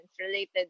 related